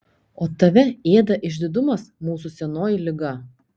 o tave ėda išdidumas mūsų senoji liga